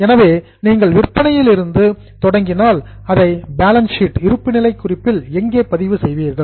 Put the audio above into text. எனவே நீங்கள் விற்பனையிலிருந்து இருந்து தொடங்கினால் அதை பேலன்ஸ் ஷீட் இருப்புநிலை குறிப்பில் எங்கே பதிவு செய்வீர்கள்